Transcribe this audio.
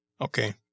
Okay